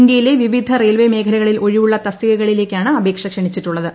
ഇന്ത്യയിലെ വിവിധ റെയിൽവെ മേഖലകളിൽ പ്രി ഒഴിവുള്ള തസ്തികകളിലേക്കാണ് അപേക്ഷ ക്ഷണിച്ചിട്ടുള്ളത്